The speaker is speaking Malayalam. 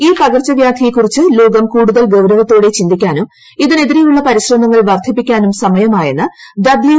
ഈ പകർച്ചവ്യാധിയെക്കുറിച്ച് ലോകം കൂടുതൽ ഗൌരവത്തോടെ ചിന്തിക്കാനും ഇതിനെതിരെയുള്ള പരിശ്രമങ്ങൾ വർദ്ധിപ്പിക്കാനും സമയമായെന്ന് ഡബ്ളിയു